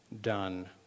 done